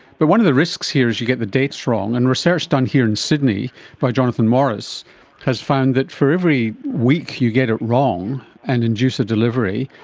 but one of the risks here is you get the dates wrong, and research done here in sydney by jonathan morris has found that for every week you get it wrong and induce a delivery,